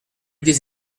des